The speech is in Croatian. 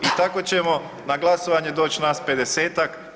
I tako ćemo na glasovanje doći nas 50-tak.